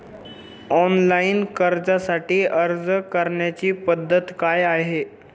Online कर्जासाठी अर्ज करण्याची पद्धत काय आहे?